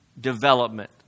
development